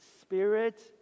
spirit